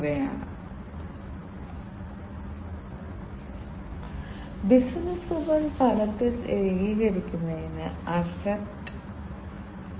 അവ ചെയ്തുകഴിഞ്ഞാൽ മെഷീൻ പ്രവർത്തിക്കുന്നത് തുടരുന്നത് വരെ നിങ്ങൾ മറ്റൊരു ചുരത്തിലൂടെ കടന്നുപോകും